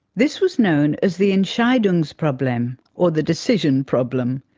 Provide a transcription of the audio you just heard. this was known as the entscheidungsproblem, or the decision problem.